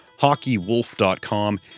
HockeyWolf.com